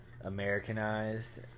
Americanized